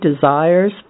desires